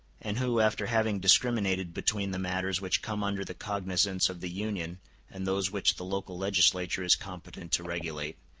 and who, after having discriminated between the matters which come under the cognizance of the union and those which the local legislature is competent to regulate,